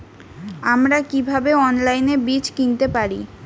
আমরা কীভাবে অনলাইনে বীজ কিনতে পারি?